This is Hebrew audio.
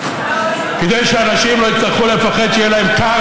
כדי שאנשים לא יצטרכו לפחד שיהיה להם קר